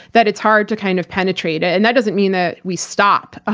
that it's hard to kind of penetrate it. and that doesn't mean that we stop, ah